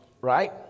Right